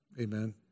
Amen